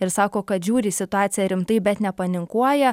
ir sako kad žiūri į situaciją rimtai bet nepanikuoja